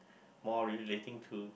more relating to